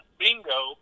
bingo